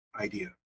idea